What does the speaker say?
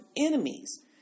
enemies